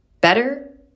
Better